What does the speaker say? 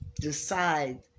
decide